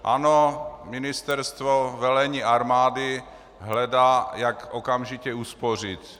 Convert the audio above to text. Ano, ministerstvo, velení armády hledá, jak okamžitě uspořit.